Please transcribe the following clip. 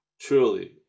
truly